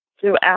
throughout